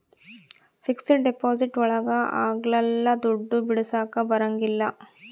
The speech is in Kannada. ಫಿಕ್ಸೆಡ್ ಡಿಪಾಸಿಟ್ ಒಳಗ ಅಗ್ಲಲ್ಲ ದುಡ್ಡು ಬಿಡಿಸಕ ಬರಂಗಿಲ್ಲ